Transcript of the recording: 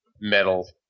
metal